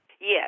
Yes